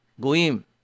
Guim